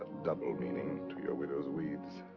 double meaning to your widow's weeds.